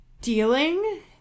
dealing